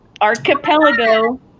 Archipelago